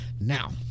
Now